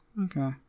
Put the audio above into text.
okay